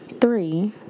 three